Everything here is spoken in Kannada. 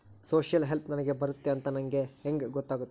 ಸೋಶಿಯಲ್ ಹೆಲ್ಪ್ ನನಗೆ ಬರುತ್ತೆ ಅಂತ ನನಗೆ ಹೆಂಗ ಗೊತ್ತಾಗುತ್ತೆ?